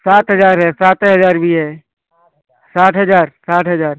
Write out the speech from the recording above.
सात हजार है साते हजार भी है साठ हजार साठ हजार